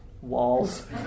walls